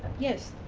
yes.